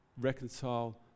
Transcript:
reconcile